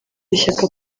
ishyaka